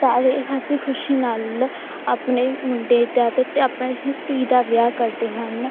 ਸਾਰੇ ਹੱਸੀ ਖੁਸ਼ੀ ਨਾਲ ਆਪਣੇ ਮੁੰਡੇ ਦਾ ਅਤੇ ਅਤੇ ਆਪਣੀ ਧੀ ਦਾ ਵਿਆਹ ਕਰਦੇ ਹਨ